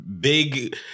big